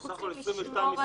זה בסך הכול 22 משרות.